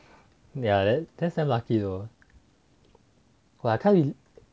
yeah that that's damn lucky though !wah! I can't